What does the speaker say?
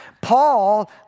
Paul